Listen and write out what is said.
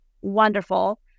wonderful